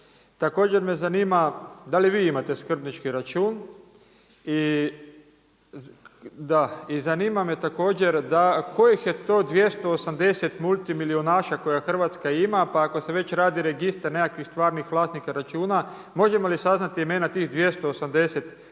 Također me zanima da li vi imate skrbnički račun. I zanimam me također kojih je to 280 multimilijunaša koje Hrvatska ima, pa ako se već radi registar nekakvih stvarnih vlasnika računa možemo li saznati imena tih 280 dakle multimilijunaša